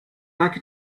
like